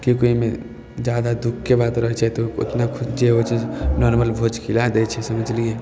किएकी ओहिमे जादा दुःखके बात रहै छै जे तऽ ओतना जे होइ छै जे नार्मल भोज खिया दै छै समझलियै